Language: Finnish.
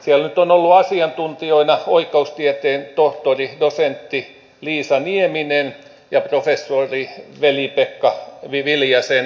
siellä nyt ovat olleet asiantuntijoina oikeustieteen tohtori dosentti liisa nieminen ja professori veli pekka viljanen